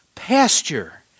pasture